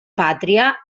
pàtria